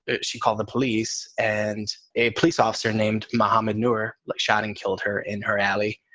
but she called the police and a police officer named mohammad nur like shot and killed her in her alley.